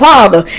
Father